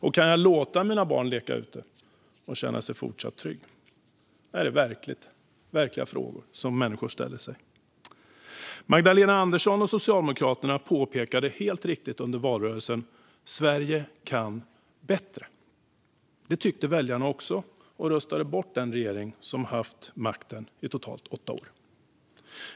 Och kan jag låta mina barn leka ute och känna sig fortsatt trygga? Detta är de verkliga frågor som människor ställer sig. Magdalena Andersson och Socialdemokraterna påpekade helt riktigt under valrörelsen att Sverige kan bättre. Det tyckte väljarna också och röstade bort den regering som hade haft makten i totalt åtta år.